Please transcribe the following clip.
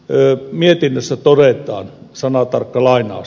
täällä mietinnössä todetaan sanatarkka lainaus